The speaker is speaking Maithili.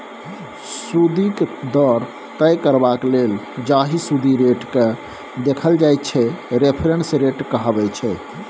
सुदिक दर तय करबाक लेल जाहि सुदि रेटकेँ देखल जाइ छै रेफरेंस रेट कहाबै छै